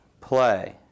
play